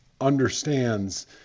understands